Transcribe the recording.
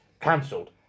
cancelled